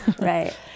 Right